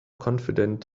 confident